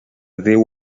déu